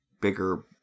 bigger